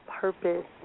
Purpose